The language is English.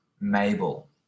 mabel